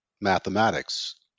mathematics